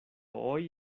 hoy